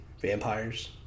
Vampires